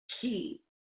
key